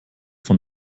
von